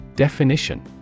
Definition